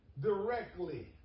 directly